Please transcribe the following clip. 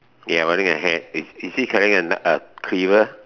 ya but then the hand is is he carrying a kn~ a cleaver